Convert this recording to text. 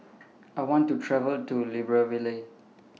I want to travel to Libreville